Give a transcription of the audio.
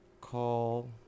call